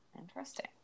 Interesting